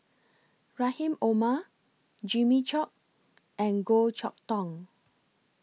Rahim Omar Jimmy Chok and Goh Chok Tong